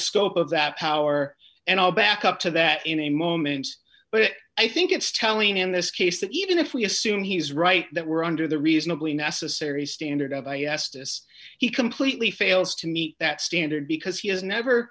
scope of that power and i'll back up to that in a moment but i think it's telling in this case that even if we assume he's right that we're under the reasonably necessary standard of a yes this he completely fails to meet that standard because he has never